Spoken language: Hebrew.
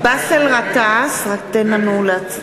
(קוראת בשמות חברי הכנסת)